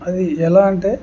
అది ఎలా అంటే